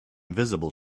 visible